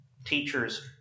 Teachers